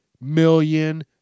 million